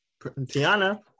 tiana